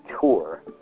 tour